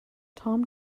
tom